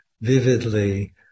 vividly